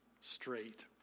straight